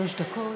שלוש דקות.